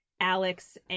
Alex